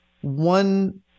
one